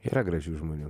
yra gražių žmonių